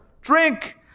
Drink